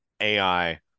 ai